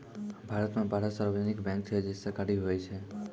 भारत मे बारह सार्वजानिक बैंक छै जे सरकारी हुवै छै